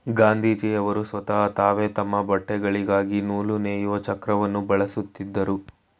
ಗಾಂಧೀಜಿಯವರು ಸ್ವತಹ ತಾವೇ ತಮ್ಮ ಬಟ್ಟೆಗಳಿಗಾಗಿ ನೂಲು ನೇಯುವ ಚಕ್ರವನ್ನು ಬಳಸುತ್ತಿದ್ದರು